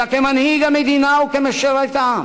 אלא כמנהיג המדינה וכמשרת העם.